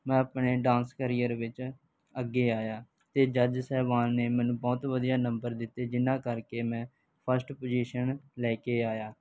ਮੈਂ ਆਪਣੇ dance career ਵਿੱਚ ਅੱਗੇ ਆਇਆ ਅਤੇ ਜੱਜ ਸਾਹਿਬਾਨ ਨੇ ਮੈਨੂੰ ਬਹੁਤ ਵਧੀਆ ਨੰਬਰ ਦਿੱਤੇ ਜਿਹਨਾਂ ਕਰਕੇ ਮੈਂ ਫਸਟ ਪੁਜ਼ੀਸ਼ਨ ਲੈ ਕੇ ਆਇਆ